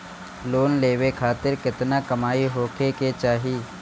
Loan लेवे खातिर केतना कमाई होखे के चाही?